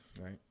right